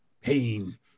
Pain